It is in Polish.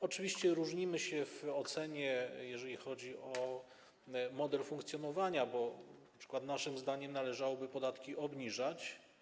Oczywiście różnimy się w ocenie, jeżeli chodzi o model funkcjonowania, bo np. naszym zdaniem należałoby podatki obniżać.